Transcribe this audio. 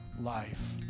life